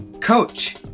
Coach